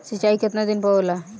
सिंचाई केतना दिन पर होला?